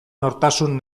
nortasun